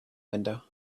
window